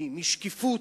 משקיפות?